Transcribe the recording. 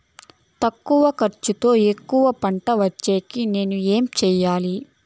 తక్కువ ఖర్చుతో ఎక్కువగా పంట వచ్చేకి నేను ఏమి చేయాలి?